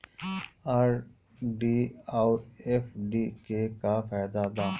RD आउर FD के का फायदा बा?